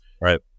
Right